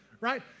right